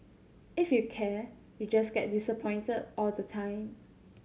if you care you just get disappointed all the time